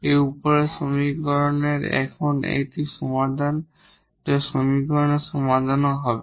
এই উপরের সমীকরণের এখন একটি সমাধান এই সমীকরণের সমাধানও হবে